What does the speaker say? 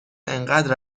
انقد